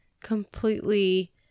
completely